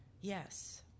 Yes